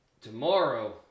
tomorrow